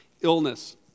illness